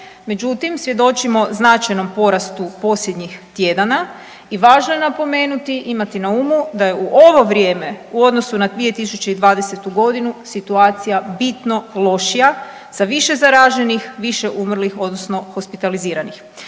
Međutim, svjedočimo značajnom porastu posljednjih tjedana i važno je napomenuti, imati na umu da je u ovo vrijeme u odnosu na 2020. godinu situacija bitno lošija sa više zaraženih, više umrlih odnosno hospitaliziranih.